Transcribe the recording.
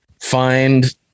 find